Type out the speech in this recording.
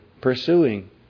pursuing